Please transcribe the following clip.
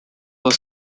was